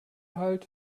halt